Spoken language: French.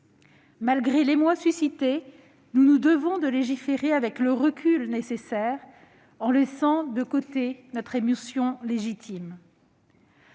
Malgré l'émoi suscité, nous nous devons de légiférer avec le recul nécessaire, en laissant de côté notre émotion légitime.